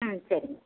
ம் சரிங்க